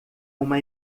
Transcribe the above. uma